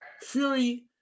Fury